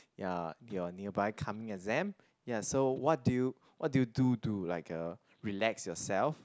ya your nearby coming exam ya so what do you what do you do to like uh relax yourself